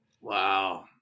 Wow